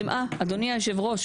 --- (היו"ר אופיר כץ) אדוני היושב ראש,